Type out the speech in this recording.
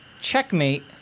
Checkmate